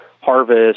harvest